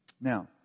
Now